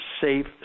Safe